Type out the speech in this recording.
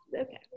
okay